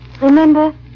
Remember